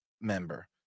member